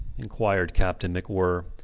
inquired captain macwhirr.